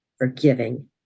forgiving